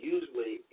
Usually